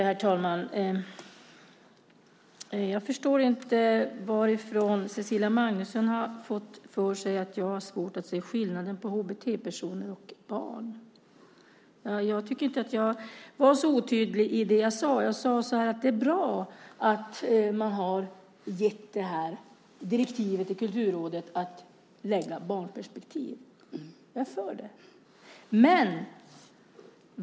Herr talman! Jag förstår inte varifrån Cecilia Magnusson fått att jag har svårt att se skillnaden mellan HBT-personer och barn. Jag tycker inte att jag var så otydlig i det jag sade. Jag sade: Det är bra att man har gett Kulturrådet direktivet om att anlägga ett barnperspektiv. Jag är för det.